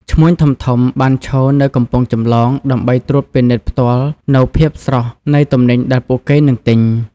ឈ្មួញធំៗ បានឈរនៅកំពង់ចម្លងដើម្បីត្រួតពិនិត្យផ្ទាល់នូវភាពស្រស់នៃទំនិញដែលពួកគេនឹងទិញ។